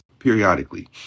Periodically